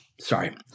sorry